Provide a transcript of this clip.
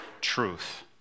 truth